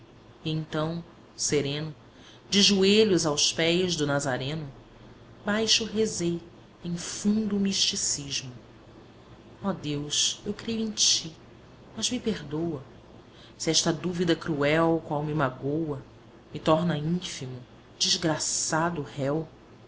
então sereno de joelhos aos pés do nazareno baixo rezei em fundo misticismo oh deus eu creio em ti mas me perdoa se esta dúvida cruel qual me magoa me torna ínfimo desgraçado réu